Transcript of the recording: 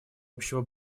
общего